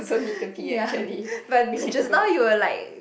ya but just now you were like